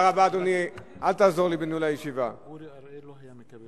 עברת את זה בכמה משפטים.